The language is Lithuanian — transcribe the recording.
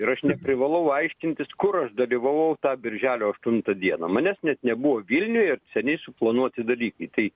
ir aš neprivalau aiškintis kur aš dalyvavau tą birželio aštuntą dieną manęs net nebuvo vilniuje seniai suplanuoti dalykai tai